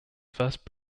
first